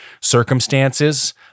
circumstances